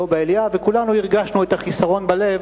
לובה אליאב, וכולנו הרגשנו את החיסרון בלב,